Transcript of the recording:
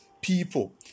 people